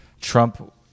Trump